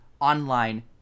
online